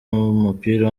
w’umupira